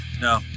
no